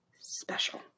Special